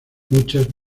muchas